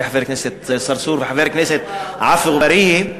חבר הכנסת צרצור וחבר כנסת עפו אגבאריה,